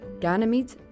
Ganymede